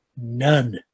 none